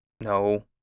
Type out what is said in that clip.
No